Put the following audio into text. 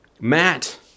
Matt